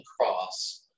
cross